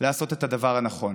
לעשות את הדבר הנכון.